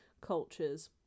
cultures